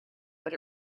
but